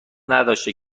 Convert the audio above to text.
نداشته